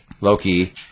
Loki